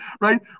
Right